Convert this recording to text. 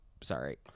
Sorry